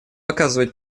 оказывать